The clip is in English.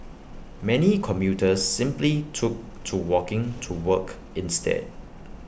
many commuters simply took to walking to work instead